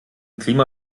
klima